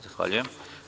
Zahvaljujem.